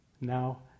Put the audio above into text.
Now